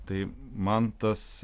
tai man tas